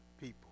people